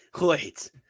wait